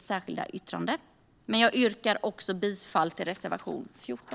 särskilda yttrande. Jag yrkar också bifall till reservation 14.